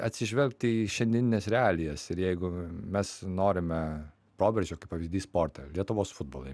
atsižvelgti į šiandienines realijas ir jeigu mes norime proveržio kaip pavyzdys sporte lietuvos futbole